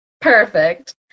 Perfect